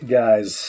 guys